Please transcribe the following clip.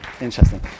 Interesting